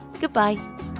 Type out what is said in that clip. goodbye